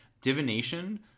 Divination